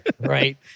Right